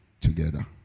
together